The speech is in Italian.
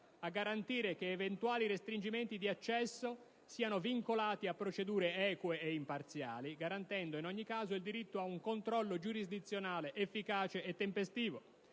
di garantire che eventuali restringimenti di accesso siano vincolati a procedure eque e imparziali, garantendo in ogni caso il diritto ad un controllo giurisdizionale efficace e tempestivo;